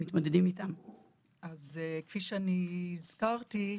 כפי שהזכרתי,